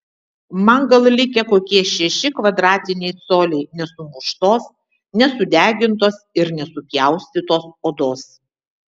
man gal likę kokie šeši kvadratiniai coliai nesumuštos nesudegintos ir nesupjaustytos odos